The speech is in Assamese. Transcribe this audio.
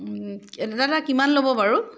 দাদা কিমান ল'ব বাৰু